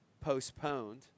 postponed